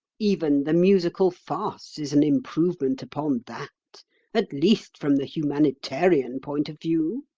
even the musical farce is an improvement upon that at least, from the humanitarian point of view.